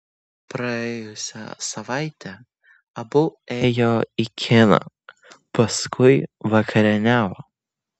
praėjusią savaitę abu ėjo į kiną paskui vakarieniavo